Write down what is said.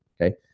Okay